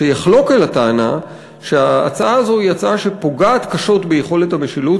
שיחלוק על הטענה שההצעה הזאת היא הצעה שפוגעת קשות ביכולת המשילות,